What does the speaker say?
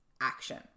action